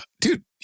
dude